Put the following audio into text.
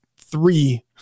three